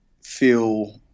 feel